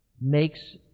makes